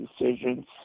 decisions